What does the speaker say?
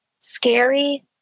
scary